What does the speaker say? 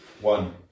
one